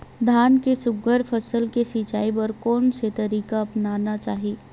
धान के सुघ्घर फसल के सिचाई बर कोन से तरीका अपनाना चाहि?